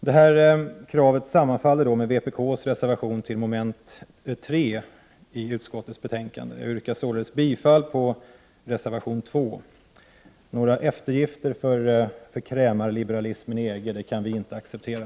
Detta krav sammanfaller med vpk:s reservation till mom. 3 i utskottets betänkande. Jag yrkar således bifall till reservation 2. Några eftergifter åt krämarliberalismen i EG kan vi inte acceptera.